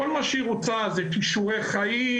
כל מה שהיא רוצה זה כישורי חיים,